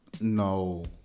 No